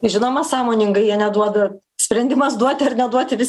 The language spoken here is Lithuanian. žinoma sąmoningai jie neduoda sprendimas duoti ar neduoti vis